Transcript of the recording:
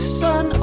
sun